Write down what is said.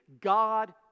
God